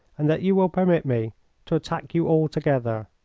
and that you will permit me to attack you all together.